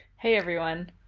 hey, everyone.